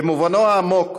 במובנו העמוק,